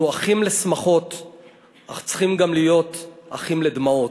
אנחנו אחים לשמחות אך צריכים גם להיות אחים לדמעות.